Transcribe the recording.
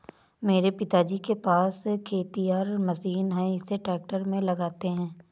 मेरे पिताजी के पास खेतिहर मशीन है इसे ट्रैक्टर में लगाते है